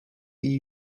iyi